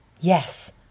Yes